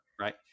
right